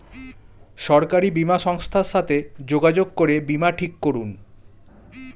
সরকারি বীমা সংস্থার সাথে যোগাযোগ করে বীমা ঠিক করুন